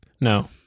No